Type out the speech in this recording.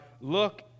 look